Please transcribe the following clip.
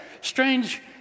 Strange